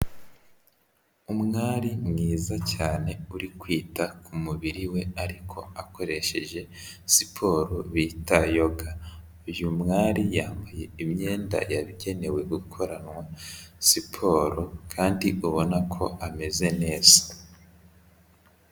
Umwari mwiza cyane uri kwita ku mubiri we ariko akoresheje siporo bita yoga, uyu mwari yambaye imyenda yagenewe gukoranwa siporo kandi ubona ko ameze neza.